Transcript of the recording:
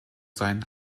sein